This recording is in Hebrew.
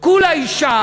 כולה אישה